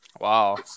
Wow